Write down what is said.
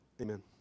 amen